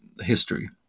history